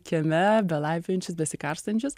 kieme belaipiojančius besikarstančius